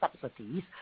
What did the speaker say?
subsidies